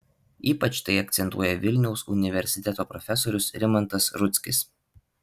ypač tai akcentuoja vilniaus universiteto profesorius rimantas rudzkis